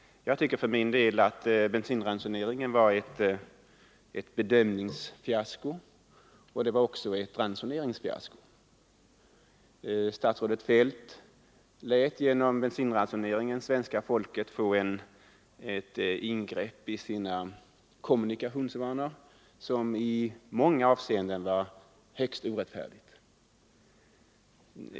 Jag tycker för min del att bensinransoneringen var ett bedömningsfiasko, och ett fördelningsfiasko. Statsrådet Feldt lät genom bensinransoneringen svenska folket utsättas för ett ingrepp i sina kommunikationsvanor som i många avseenden var högst orättfärdigt.